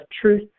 truth